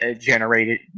generated